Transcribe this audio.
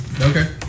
Okay